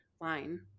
line